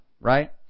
Right